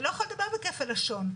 אתה לא יכול לדבר בכפל לשון.